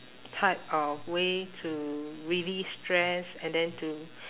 type of way to relieve stress and then to